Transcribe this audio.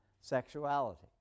sexuality